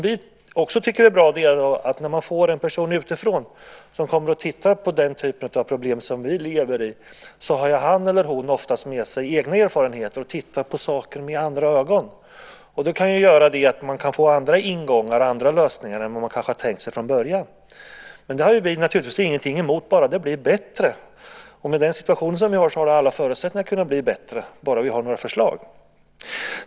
Vi tycker att det är bra att när en person utifrån tittar på den typen av problem vi lever i har han eller hon oftast med sig egna erfarenheter och tittar på saker med andra ögon. Då går det att få andra ingångar och lösningar än vad man hade tänkt sig från början. Det har vi naturligtvis ingenting emot - bara det blir bättre. Med den situation vi har finns alla förutsättningar för att det ska bli bättre - bara det finns några förslag.